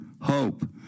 hope